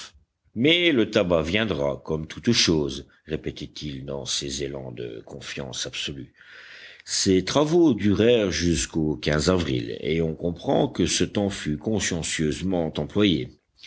mais le tabac viendra comme toutes choses répétait-il dans ses élans de confiance absolue ces travaux durèrent jusqu'au avril et on comprend que ce temps fut consciencieusement employé